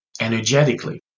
Energetically